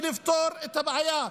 לפתור את הבעיה.